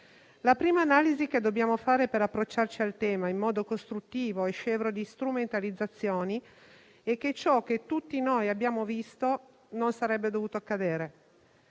La prima analisi che dobbiamo fare per approcciarci al tema in modo costruttivo e scevro di strumentalizzazioni è che ciò che tutti noi abbiamo visto non sarebbe dovuto accadere.